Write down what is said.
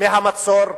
מהמצור הזה.